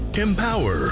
empower